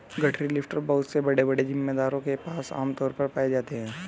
गठरी लिफ्टर बहुत से बड़े बड़े जमींदारों के पास आम तौर पर पाए जाते है